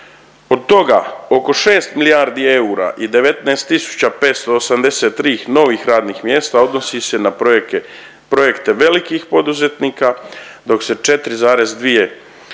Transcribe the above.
Od toga oko 6 milijardi eura i 19 583 novih radnih mjesta odnosi se na projekte velikih poduzetnika, dok je 4,2